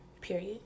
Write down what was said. Period